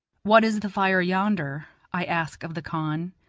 what is the fire yonder? i ask of the khan.